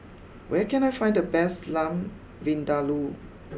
where can I find the best Lamb Vindaloo